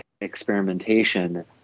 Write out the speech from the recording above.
experimentation